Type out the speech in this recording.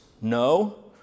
No